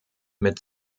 mit